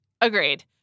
Agreed